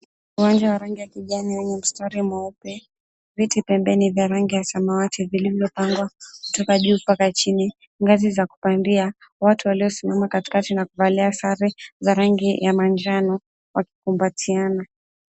Uwanja wa rangi ya kijani wenye mistari mweupe, viti pembeni za rangi ya samawati zilizopangwa kutoka juu mbaka chini. Ngazi za kupandia watu waliosimama katikati na kuvalia sare za rangi ya manjano wakikumbatiana.